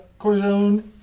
cortisone